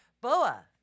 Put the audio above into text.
Boa